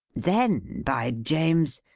then, by james.